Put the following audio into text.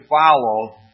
follow